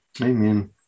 amen